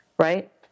Right